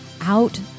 out